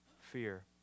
fear